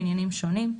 בעניינים שונים.